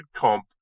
comp